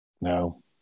No